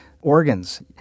organs